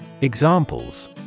Examples